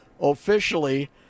officially